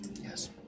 Yes